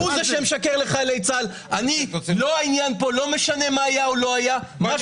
שקרן לא יכול להיות --- הוא זה שמשקר לחיילי צה"ל.